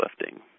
lifting